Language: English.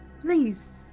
please